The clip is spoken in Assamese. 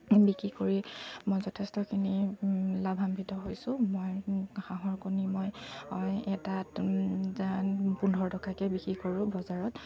বিক্ৰী কৰি মই যথেষ্টখিনি লাভান্বিত হৈছোঁ মই হাঁহৰ কণী মই এটাত পোন্ধৰ টকাকৈ বিক্ৰী কৰোঁ বজাৰত